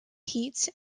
heats